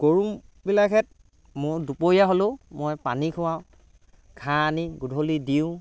গৰুবিলাকহেঁত ম'হ দুপৰীয়া হ'লেও মই পানী খুৱাওঁ ঘাঁহ আনি গধূলি দিওঁ